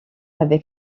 avec